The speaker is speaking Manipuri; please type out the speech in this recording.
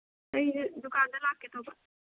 ꯑꯩꯁꯦ ꯗꯨꯀꯥꯟꯗ ꯂꯥꯛꯀꯦ ꯇꯧꯕ